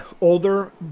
older